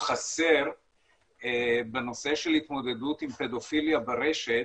חסר בנושא של התמודדות עם פדופיליה ברשת,